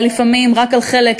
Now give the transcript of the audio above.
לפעמים רק על חלק,